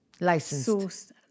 licensed